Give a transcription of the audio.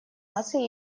наций